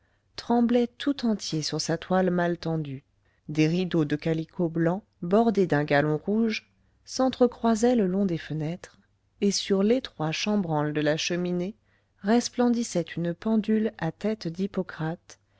tremblait tout entier sur sa toile mal tendue des rideaux de calicot blanc bordés d'un galon rouge s'entrecroisaient le long des fenêtres et sur l'étroit chambranle de la cheminée resplendissait une pendule à tête d'hippocrate